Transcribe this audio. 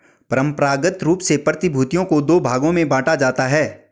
परंपरागत रूप से प्रतिभूतियों को दो भागों में बांटा जाता है